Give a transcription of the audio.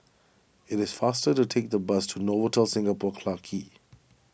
it is faster to take the bus to Novotel Singapore Clarke Quay